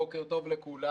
בוקר טוב לכולם.